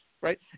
right